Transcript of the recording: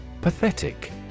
Pathetic